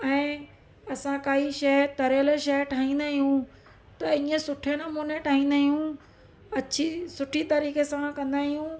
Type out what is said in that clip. ऐं असां काई शइ तरियल शइ ठाहींदा आहियूं त इअं सुठे नमूने ठाहींदा आहियूं अछी सुठी तरीक़े सां कंदा आहियूं